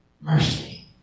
Mercy